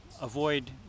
avoid